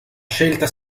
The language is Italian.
scelta